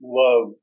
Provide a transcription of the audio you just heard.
love